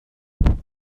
merchant